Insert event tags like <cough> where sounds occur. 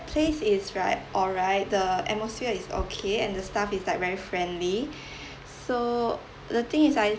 place is right alright the atmosphere is okay and the staff is like very friendly <breath> so the thing is I